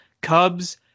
Cubs